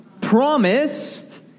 promised